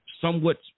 somewhat